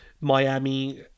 Miami